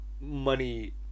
money